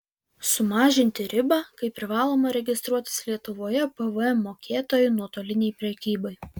sumažinti ribą kai privaloma registruotis lietuvoje pvm mokėtoju nuotolinei prekybai